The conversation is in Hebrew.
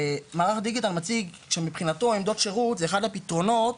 מערך הדיגיטל מציג שמבחינתו עמדות שירות זה אחד הפתרונות